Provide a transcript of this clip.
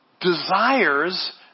desires